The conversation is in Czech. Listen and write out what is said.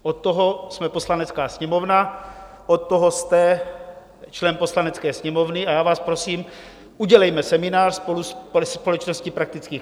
Od toho jsme Poslanecká sněmovna, od toho jste člen Poslanecké sněmovny, a já vás prosím, udělejme seminář spolu se Společností praktických lékařů.